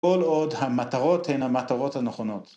‫כל עוד המטרות הן המטרות הנכונות.